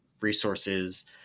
resources